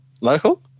local